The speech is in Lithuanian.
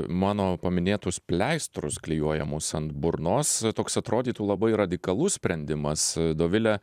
mano paminėtus pleistrus klijuojamus ant burnos toks atrodytų labai radikalus sprendimas dovile